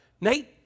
Nate